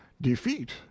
defeat